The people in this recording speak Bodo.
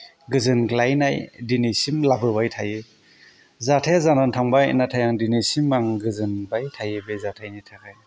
गोजोनग्लायनाय दिनैसिम लाहरबाय थायो जाथाया जानानै थांबाय नाथाय आं दिनैसिम आं गोजोनबाय थायो बे जाथायनि थाखाय